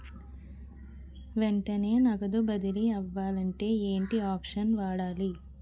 వెంటనే నగదు బదిలీ అవ్వాలంటే ఏంటి ఆప్షన్ వాడాలి?